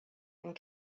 and